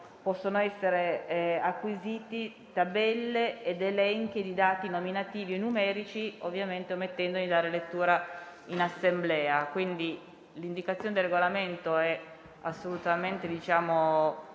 possono essere acquisiti tabelle ed elenchi di dati nominativi e numerici, ovviamente omettendo di darne lettura in Assemblea. Pertanto l'indicazione del Regolamento è assolutamente non